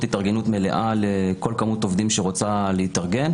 התארגנות מלאה לכל כמות עובדים שרוצה להתארגן